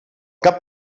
cap